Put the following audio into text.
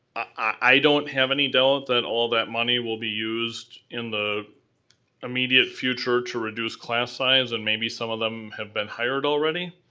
i don't have any doubt that all that money will be used in the immediate future to reduce class size and maybe some of them have been hired already.